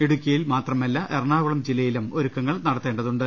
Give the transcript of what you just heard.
ഇടുക്കിയിൽ മാത്രമല്ല എറണാകുളം ജില്ലയിലും ഒരുക്കങ്ങൾ നടത്തേണ്ടതുണ്ട്